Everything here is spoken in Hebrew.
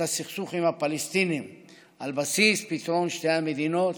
הסכסוך עם הפלסטינים על בסיס פתרון שתי המדינות,